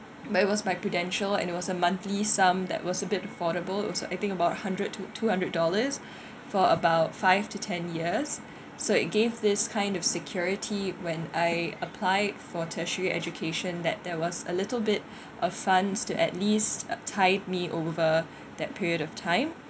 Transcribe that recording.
but it was my Prudential and it was a monthly sum that was a bit affordable it was I think about hundred to two hundred dollars for about five to ten years so it gave this kind of security when I apply for tertiary education that there was a little bit of funds to at least uh tied me over that period of time